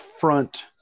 front